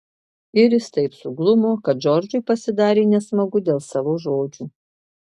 iris taip suglumo kad džordžui pasidarė nesmagu dėl savo žodžių